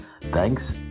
Thanks